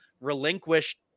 relinquished